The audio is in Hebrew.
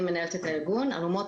שאנחנו עובדים